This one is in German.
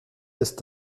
ist